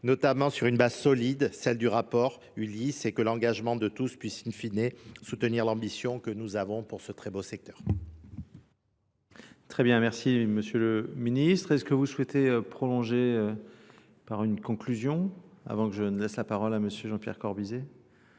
notamment sur une base solide, celle du rapport ULIS, et que l'engagement de tous puisse in fine soutenir l'ambition que nous avons pour ce très beau secteur. Très bien, merci Monsieur le Ministre. Est-ce que vous souhaitez prolonger par une conclusion, avant que je ne laisse la parole à Monsieur Jean-Pierre Corbusier ?